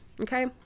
okay